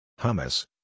Hummus